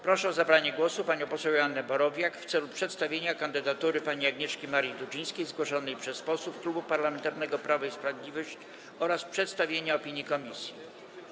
Proszę o zabranie głosu panią poseł Joannę Borowiak w celu przedstawienia kandydatury pani Agnieszki Marii Dudzińskiej zgłoszonej przez posłów Klubu Parlamentarnego Prawo i Sprawiedliwość oraz przedstawienia opinii komisji.